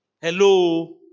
Hello